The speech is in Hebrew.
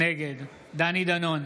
נגד דני דנון,